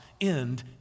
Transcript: end